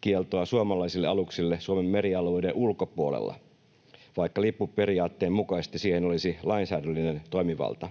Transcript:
kieltoa suomalaisille aluksille Suomen merialueiden ulkopuolella, vaikka lippuperiaatteen mukaisesti siihen olisi lainsäädännöllinen toimivalta.